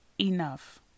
enough